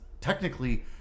technically